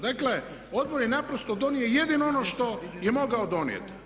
Dakle, Odbor je naprosto donio jedino ono što je mogao donijeti.